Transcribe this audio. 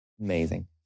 Amazing